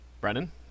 Brennan